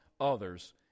others